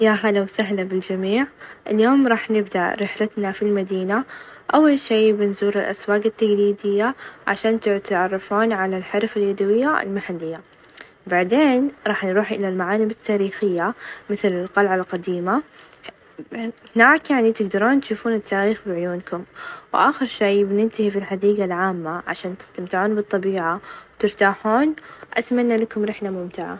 يا هلا وسهلا بالجميع اليوم راح نبدأ رحلتنا في المدينة أول شي بنزور الأسواق التقليدية عشان -تع- تتعرفون على الحرف اليدوية المحلية، بعدين راح نروح الى المعالم الثاريخية، مثل: القلعة القديمة-ه- هناك يعني تقدرون تشوفون التاريخ بعيونكم، وآخر شي بننتهي في الحديقة العامة عشان تستمتعون بالطبيعة، وترتاحون، أتمنى لكم رحلة ممتعة.